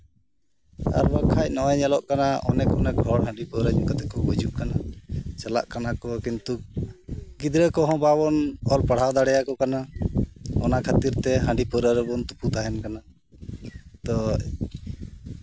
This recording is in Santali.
ᱟᱨ ᱵᱟᱝᱠᱷᱟᱡ ᱱᱚᱜᱼᱚᱭ ᱧᱮᱞᱚᱜ ᱠᱟᱱᱟ ᱚᱱᱮᱠ ᱚᱱᱮᱠ ᱦᱚᱲ ᱦᱟᱺᱰᱤ ᱯᱟᱹᱣᱨᱟᱹ ᱧᱩ ᱠᱟᱛᱮ ᱠᱚ ᱜᱩᱡᱩᱜ ᱠᱟᱱᱟ ᱪᱟᱞᱟᱜ ᱠᱟᱱᱟ ᱠᱤᱱᱛᱩ ᱜᱤᱫᱽᱨᱟᱹ ᱠᱚᱦᱚᱸ ᱵᱟᱵᱚᱱ ᱚᱞ ᱯᱟᱲᱦᱟᱣ ᱫᱟᱲᱮᱣᱟᱠᱚ ᱠᱟᱱᱟ ᱚᱱᱟ ᱠᱷᱟᱹᱛᱤᱨᱛᱮ ᱦᱟᱺᱰᱤ ᱯᱟᱹᱣᱨᱟᱹ ᱨᱮᱵᱚᱱ ᱛᱩᱯᱩ ᱛᱟᱦᱮᱱ ᱠᱟᱱᱟ ᱛᱚ